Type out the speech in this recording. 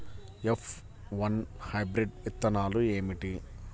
F one hybrid విత్తనాలు ఏమిటి?